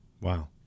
Wow